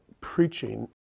preaching